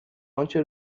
آنچه